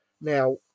Now